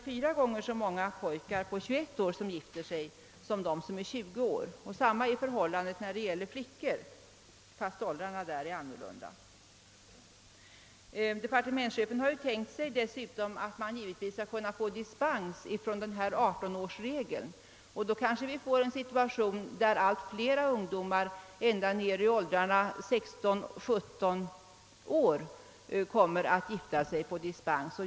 De förras antal är ungefär fyra gånger större än de senares. Detsamma är förhållandet för flickor, även om åldrarna i deras fall är andra. Departementschefen har vidare tänkt sig att man skulle kunna få dispens från 18-årsregeln. I så fall kanske man får en situation där ungdomar ända ner i åldrarna 16 och 17 år kommer att gifta sig på dispens.